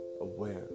aware